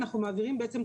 אנחנו מעבירים בעצם,